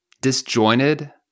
disjointed